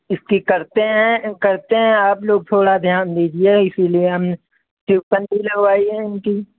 इसकी करते हैं करते हैं आप लोग थोड़ा ध्यान दीजिए इसलिए हम ट्यूशन भी लगवाई है इनकी